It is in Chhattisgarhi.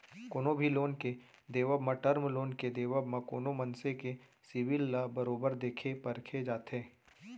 कोनो भी लोन के देवब म, टर्म लोन के देवब म कोनो मनसे के सिविल ल बरोबर देखे परखे जाथे